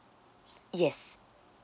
yes